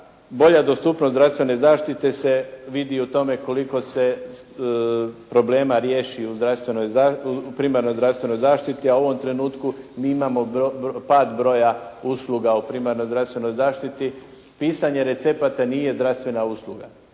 bolja dostupnost zdravstvene zaštite se vidi u tome koliko se problema riješi u primarnoj zdravstvenoj zaštiti, a u ovom trenutku mi imamo pad broja usluga u primarnoj zdravstvenoj zaštiti. Pisanje recepata nije zdravstvena usluga.